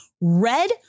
red